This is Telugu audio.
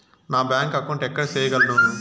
నేను బ్యాంక్ అకౌంటు ఎక్కడ సేయగలను